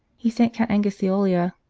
he sent count angosciola,